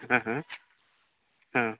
ହଁ ହଁ ହଁ